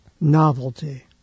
novelty